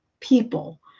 people